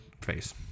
face